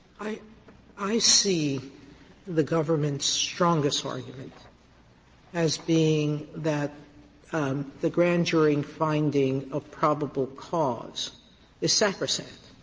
i i see the government's strongest argument as being that um the grand jury finding of probable cause is sacrosanct,